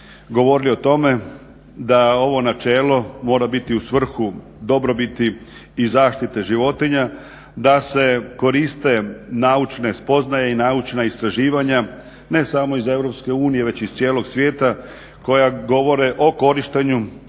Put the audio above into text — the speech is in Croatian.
govorili o tome da ovo načelo mora biti u svrhu dobrobiti i zaštite životinja, da se koriste naučne spoznaje i naučna istraživanja ne samo iz Europske unije već iz cijelog svijeta koja govore o korištenju